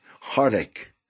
heartache